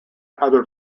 other